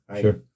Sure